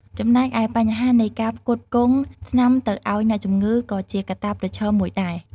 ចំណែកឯ បញ្ហានៃ ការផ្គត់ផ្គង់ថ្នាំទៅអោយអ្នកជំងឺ ក៏ជាកត្តាប្រឈមមួយដែរ។